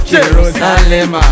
Jerusalem